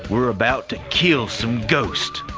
we're about to kill some ghosts